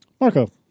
Marco